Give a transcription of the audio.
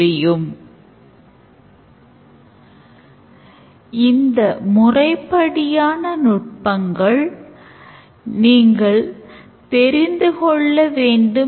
மேலும் இது பேராசிரியர் எந்த மாணவர் sign up செய்கிறார் என்பதை அணுக உதவும் ஒரு use case ஆகும்